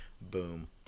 Boom